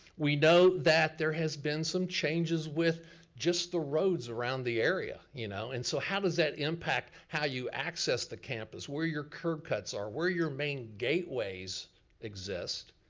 we know that there has been some changes with just the roads around the area. you know and so how does that impact how you access the campus, where your curb cuts are, where your main gateways exist.